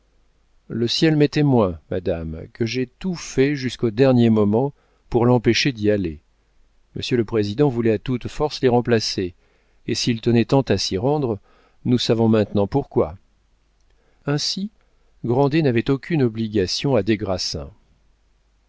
le ciel m'est témoin madame que j'ai tout fait jusqu'au dernier moment pour l'empêcher d'y aller monsieur le président voulait à toute force l'y remplacer et s'il tenait tant à s'y rendre nous savons maintenant pourquoi ainsi grandet n'avait aucune obligation à des